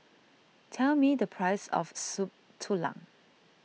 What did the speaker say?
tell me the price of Soup Tulang